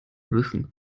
wissen